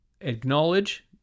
acknowledge